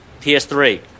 PS3